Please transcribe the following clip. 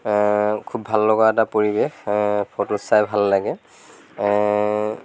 খুব ভাল লগা এটা পৰিৱেশ ফটো চাই ভাল লাগে